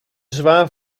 zwaar